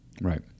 Right